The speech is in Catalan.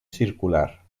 circular